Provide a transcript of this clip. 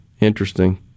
Interesting